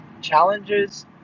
challenges